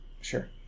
Sure